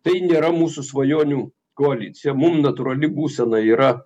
tai nėra mūsų svajonių koalicija mum natūrali būsena yra